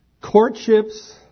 courtships